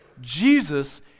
Jesus